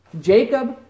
Jacob